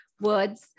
words